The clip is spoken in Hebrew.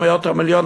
על מאות המיליונים,